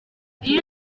iyi